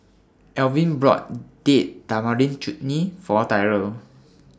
Elvin bought Date Tamarind Chutney For Tyrel